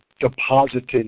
deposited